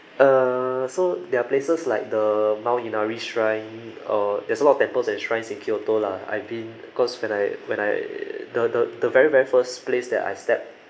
err so there are places like the mount inari shrine uh there's a lot of temples and shrines in kyoto lah I been cause when I when I the the the very very first place that I stepped